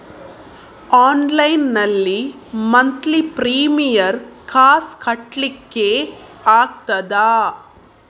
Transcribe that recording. Online ನಲ್ಲಿ monthly premier ಕಾಸ್ ಕಟ್ಲಿಕ್ಕೆ ಆಗ್ತದಾ?